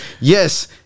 Yes